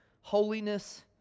Holiness